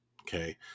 okay